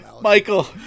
Michael